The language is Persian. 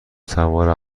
سوار